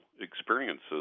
experiences